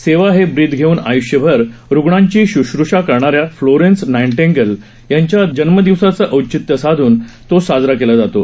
सेवा हे ब्रीद घेऊन आयष्यभर रुग्णांची शश्रषा करणाऱ्या फ्लोरेन्स नाइटिंगेल यांच्या जन्मदिवसाच औचित्य साधून तो साजरा केला जातो